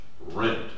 rent